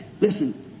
Listen